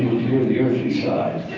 hear the earthly side.